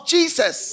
Jesus